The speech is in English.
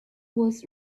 was